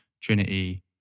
trinity